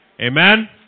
Amen